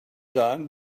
done